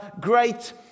great